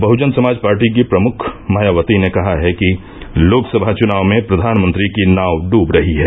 बहजन समाज पार्टी की प्रमुख मायावती ने कहा है कि लोकसभा चुनाव में प्रधानमंत्री की नाव डूब रही है